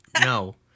No